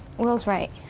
will's right.